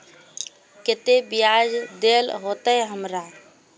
केते बियाज देल होते हमरा?